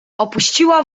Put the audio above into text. opuściła